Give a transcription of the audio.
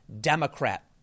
Democrat